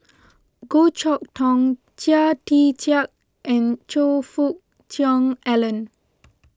Goh Chok Tong Chia Tee Chiak and Choe Fook Cheong Alan